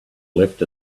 left